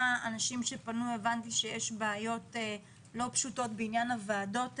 שהבנתי שיש בעיות לא פשוטות בעניין הוועדות האלה.